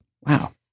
Wow